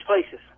places